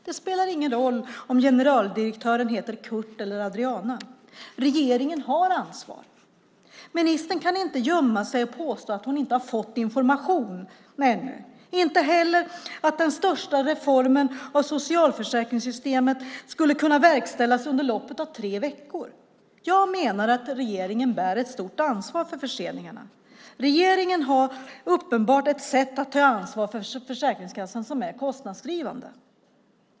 Det spelar ingen roll om generaldirektören heter Curt eller Adriana. Regeringen har ansvar. Ministern kan inte gömma sig och påstå att hon inte har fått information ännu och inte heller att den största reformen av socialförsäkringssystemet skulle kunna verkställas under loppet av tre veckor. Jag menar att regeringen bär ett stort ansvar för förseningarna. Regeringen har uppenbarligen ett sätt att ta ansvar för Försäkringskassan som är kostnadsdrivande.